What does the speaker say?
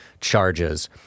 charges